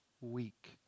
week